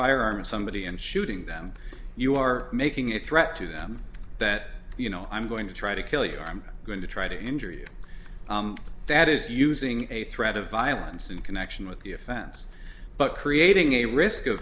firearm somebody and shooting them you are making a threat to them that you know i'm going to try to kill you i'm going to try to injure you that is using a threat of violence in connection with the offense but creating a risk of